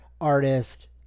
artist